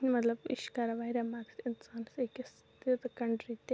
مطلب یہِ چھِ کَران واریاہ مدد اِنسانَس أکِس تہِ تہٕ کَنٹری تہِ